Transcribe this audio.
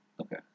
okay